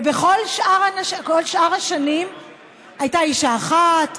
ובכל שאר השנים הייתה אישה אחת,